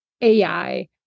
AI